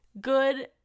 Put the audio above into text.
good